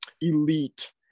elite